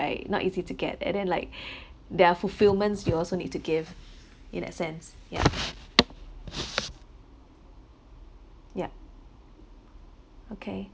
right not easy to get and then like their fulfilments you also need to give in that sense ya ya okay